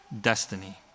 destiny